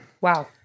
Wow